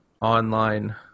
online